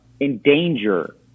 endanger